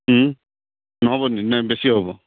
নহ'বনি নে বেছি হ'ব